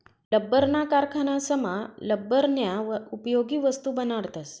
लब्बरना कारखानासमा लब्बरन्या उपयोगी वस्तू बनाडतस